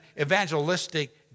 evangelistic